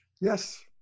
Yes